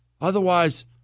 Otherwise